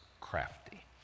crafty